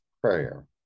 prayer